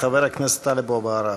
חבר הכנסת טלב אבו עראר.